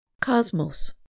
COSMOS